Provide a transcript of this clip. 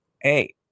Hey